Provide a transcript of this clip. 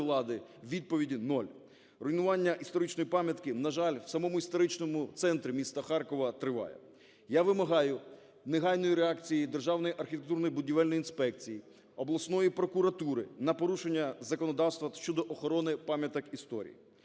відповіді нуль. Руйнування історичної пам'ятки, на жаль, в самому історичному центрі міста Харкова триває. Я вимагаю негайної реакції Державної архітектурної будівельної інспекції, обласної прокуратури на порушення законодавства щодо охорони пам'яток історії.